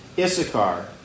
Issachar